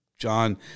John